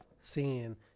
sin